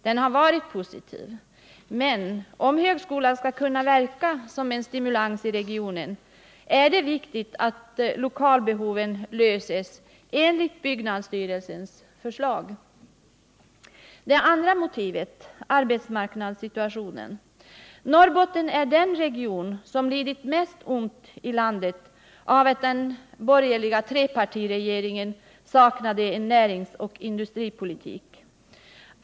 Den har varit positiv, men om högskolan skall kunna verka som en stimulans i regionen, är det viktigt att lokalbehoven löses enligt byggnadsstyrelsens förslag. Vad gäller det andra motivet, arbetsmarknadssituationen, vill jag framhålla att Norrbotten är den region som lidit mest ont i landet av att den borgerliga trepartiregeringen saknade en näringsoch industripolitik.